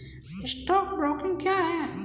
Stock broking क्या है?